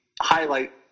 highlight